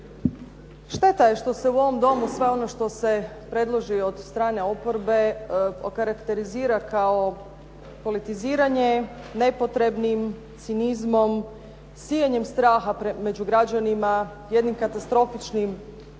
Šteta je što se u ovom domu sve ono što se predloži od strane oporbe okarakterizira kao politiziranje nepotrebnim cinizmom, sijanjem straha među građanima, jednim katastrofičnim,